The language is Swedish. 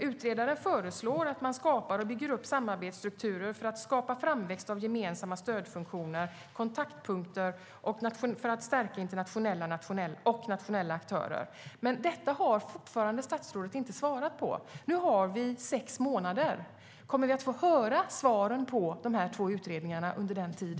Utredaren föreslår att man bygger upp samarbetsstrukturer för att skapa framväxt av gemensamma stödfunktioner och kontaktpunkter för att stärka internationella och nationella aktörer. Statsrådet har dock fortfarande inte svarat på detta. Nu har vi sex månader. Kommer vi att få höra svaren på dessa två utredningar under denna tid?